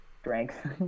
strength